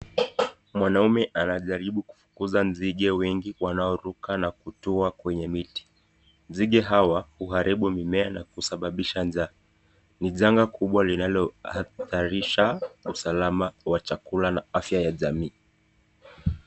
Mwanaume amajaribu kufukuza nzinge wengi wanaoruka na kutua kwenye miti nzinge hawa huharibu mimea na kusababisha njaa. Janga kubwa linalohatarisha usalama wa chakula na afya ya jamii.